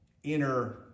inner